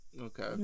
Okay